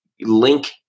link